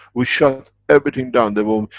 we shut everything down there will.